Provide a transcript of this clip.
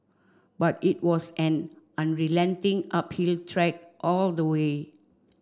but it was an unrelenting uphill trek all the way